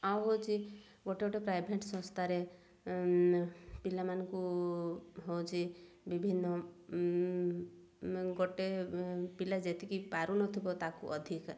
ଆଉ ହଉଛି ଗୋଟେ ଗୋଟେ ପ୍ରାଇଭେଟ ସଂସ୍ଥାରେ ପିଲାମାନଙ୍କୁ ହଉଛି ବିଭିନ୍ନ ଗୋଟେ ପିଲା ଯେତିକି ପାରୁନଥିବ ତାକୁ ଅଧିକା